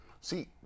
See